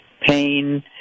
pain